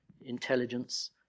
intelligence